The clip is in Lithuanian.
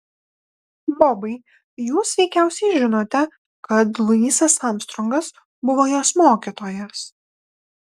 bobai jūs veikiausiai žinote kad luisas armstrongas buvo jos mokytojas